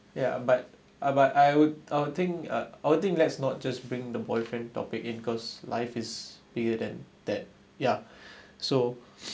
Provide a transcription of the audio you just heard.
ya but I but I would I'll think uh I'll think let's not just bring the boyfriend topic in cause life is bigger than that yeah so